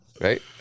right